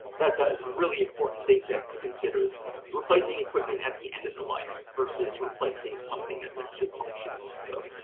that's a really important thing to to consider is replacing equipment at the end of the life versus replacing something that's actually functioning. so,